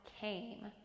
came